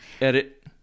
edit